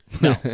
No